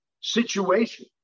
situation